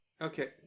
Okay